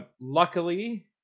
Luckily